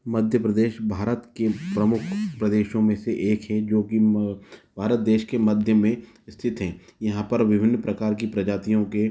मध्य प्रदेश भारत के प्रमुख प्रदेशों मे से एक है जो की भारत देश के मध्य में स्थित है यहाँ पर विभिन प्रकार की प्रजातियों के